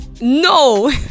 No